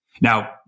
Now